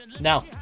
Now